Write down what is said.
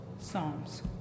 Psalms